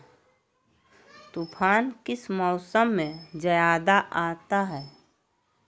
तूफ़ान किस मौसम में ज्यादा आता है?